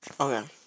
Okay